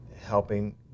helping